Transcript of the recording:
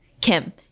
Kim